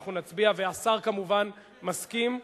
אנחנו נצביע, והשר כמובן מסכים.